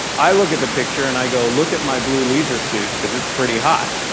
i look at the picture, and i go look at my blue leisure suit because it's pretty hot.